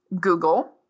Google